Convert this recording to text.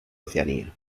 oceanía